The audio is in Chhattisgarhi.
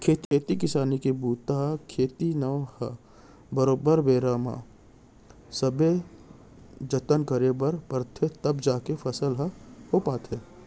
खेती किसानी के बूता ह खेत नो है बरोबर बेरा बेरा म सबे जतन करे बर परथे तव जाके फसल ह हो पाथे